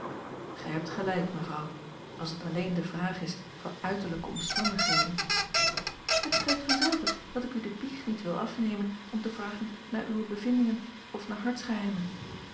gij hebt gelijk mevrouw als het alleen de vraag is van uiterlijke omstandigheden het spreekt vanzelve dat ik u de biecht niet wil afnemen om te vragen naar uwe bevindingen of naar